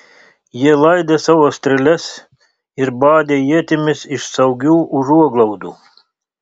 jie laidė savo strėles ir badė ietimis iš saugių užuoglaudų